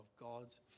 God's